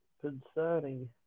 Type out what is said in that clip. concerning